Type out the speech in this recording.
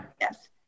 yes